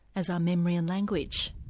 as are memory and language.